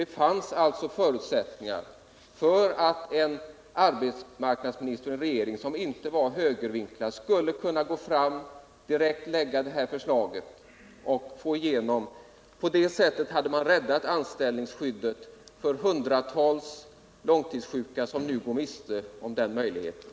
Det fanns alltså förutsättningar för att en arbetsmarknadsminister och en regering som inte var högervinklad skulle ha kunnat lägga fram det här förslaget direkt och få igenom reformen. På det sättet hade man kunnat rädda anställningsskyddet för hundratals långtidssjuka, som nu går miste om detta.